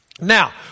Now